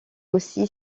aussi